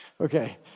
Okay